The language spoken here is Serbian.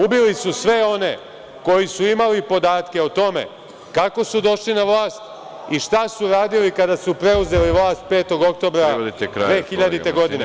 Ubili su sve one koji su imali podatke o tome kako su došli na vlast i šta su radili kada su preuzeli vlast 5. oktobra 2000. godine.